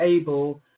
able